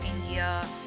India